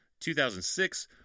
2006